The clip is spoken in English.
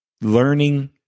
learning